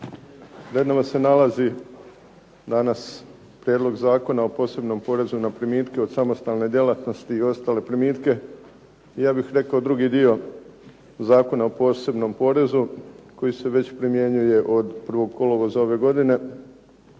Pred nama se nalazi danas Prijedlog zakona o posebnom porezu na primitke od samostalne djelatnosti i ostale primitke, ja bih rekao drugi dio Zakona o posebnom porezu koji se već primjenjuje od 1. kolovoza ove godine,